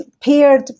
paired